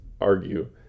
argue